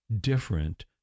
different